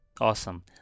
Awesome